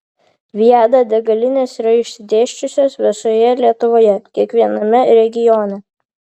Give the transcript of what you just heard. viada degalinės yra išsidėsčiusios visoje lietuvoje kiekviename regione